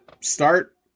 start